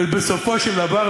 בסופו של דבר,